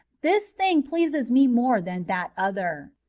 this thing pleases me more than that other.